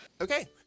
Okay